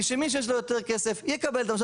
היא שמי שיש לו יותר כסף יקבל את המשאב,